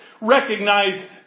recognize